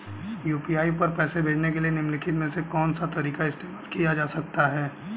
UPI पर पैसे भेजने के लिए निम्नलिखित में से कौन सा तरीका इस्तेमाल किया जा सकता है?